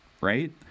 right